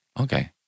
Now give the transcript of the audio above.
Okay